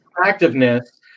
attractiveness